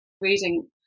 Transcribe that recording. reading